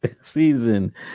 season